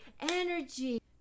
energy